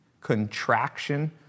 contraction